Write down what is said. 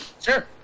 Sure